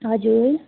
हजुर